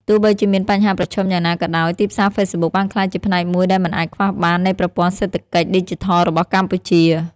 ទោះបីជាមានបញ្ហាប្រឈមយ៉ាងណាក៏ដោយ ទីផ្សារហ្វេសប៊ុកបានក្លាយជាផ្នែកមួយដែលមិនអាចខ្វះបាននៃប្រព័ន្ធសេដ្ឋកិច្ចឌីជីថលរបស់កម្ពុជា។